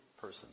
person